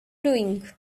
doing